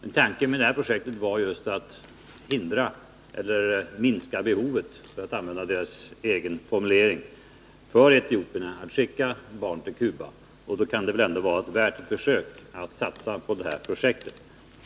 Men tanken med det här projektet var just att minska behovet — det är deras eget uttryck — för etiopierna att skicka barn till Cuba, och då kan det väl ändå vara värt ett försök att satsa på projektet.